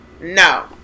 No